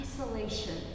isolation